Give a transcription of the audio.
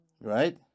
Right